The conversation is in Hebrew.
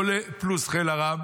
פלוס חיל ארם,